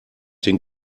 den